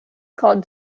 called